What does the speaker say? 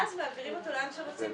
ואז מעבירים אותו לאן שרוצים.